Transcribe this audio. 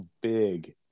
big